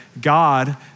God